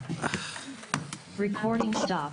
הישיבה ננעלה בשעה 15:05.